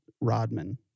Rodman